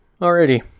Alrighty